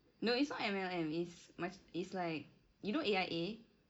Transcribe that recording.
no it's not M_L_M is maca~ is like you know A_I_A